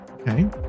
Okay